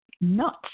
nuts